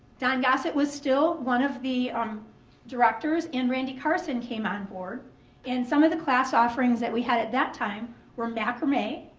don gossett was still one of the um directors and randy carson came on board. and some of the class offerings that we had at that time were macrame,